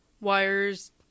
wires